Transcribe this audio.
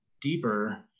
deeper